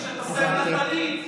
נשים שמתכסות בטלית,